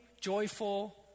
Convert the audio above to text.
joyful